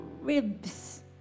ribs